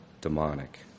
demonic